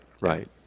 right